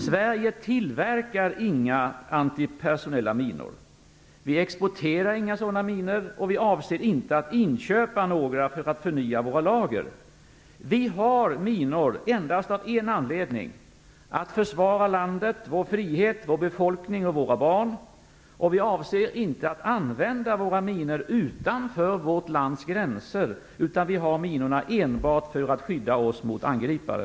Sverige tillverkar inga antipersonella minor. Vi exporterar inga sådana minor. Vi avser inte att inköpa några för att förnya våra lager. Vi har minor endast av en anledning, nämligen att försvara landet, vår frihet, vår befolkning och våra barn. Vi avser inte att använda våra minor utanför vårt lands gränser. Vi har minorna enbart för att skydda oss mot angripare.